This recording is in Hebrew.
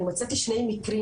אני מצאתי שני מקרים